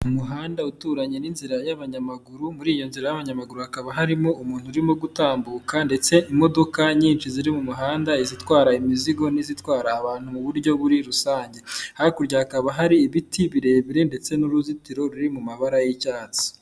Umuhanda uturanye n'inzira y'abanyamaguru, muri iyo nzira y'abanyamaguru hakaba harimo umuntu urimo gutambuka ndetse imodoka nyinshi ziri mu muhanda, izitwara imizigo n'izitwara abantu mu buryo buri rusange. Hakurya hakaba hari ibiti birebire ndetse n'uruzitiro ruri mu mabara y'icyatsi.